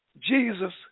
Jesus